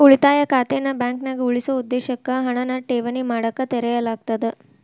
ಉಳಿತಾಯ ಖಾತೆನ ಬಾಂಕ್ನ್ಯಾಗ ಉಳಿಸೊ ಉದ್ದೇಶಕ್ಕ ಹಣನ ಠೇವಣಿ ಮಾಡಕ ತೆರೆಯಲಾಗ್ತದ